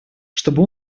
чтобы